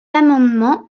amendements